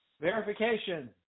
verification